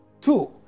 Two